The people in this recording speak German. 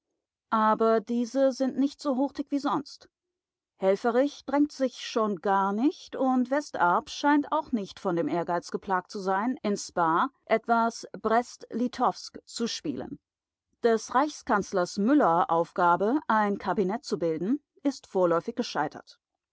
aber diese sind nicht so hurtig wie sonst helfferich drängt sich schon gar nicht und westarp scheint auch nicht von dem ehrgeiz geplagt zu sein in spaa etwas brest-litowsk zu spielen des reichskanzlers müller aufgabe ein kabinett zu bilden ist vorläufig gescheitert